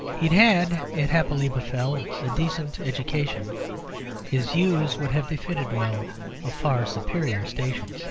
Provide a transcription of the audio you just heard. he'd had, it happily befell, a decent education his views would have befitted well a far superior station.